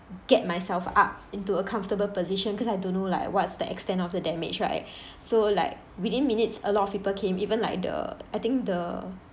get myself up into a comfortable position cause I don't know like what's the extent of the damage right so like within minutes a lot of people came even like the I think the